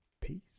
peace